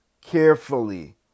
carefully